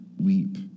weep